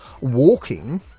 walking